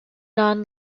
non